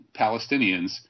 Palestinians